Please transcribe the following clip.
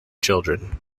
children